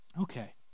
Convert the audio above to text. Okay